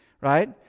right